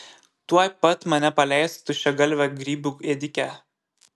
tuoj pat mane paleisk tuščiagalve grybų ėdike